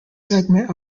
segment